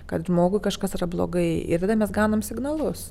kad žmogui kažkas yra blogai ir tada mes gaunam signalus